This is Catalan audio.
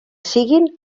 siguin